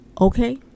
okay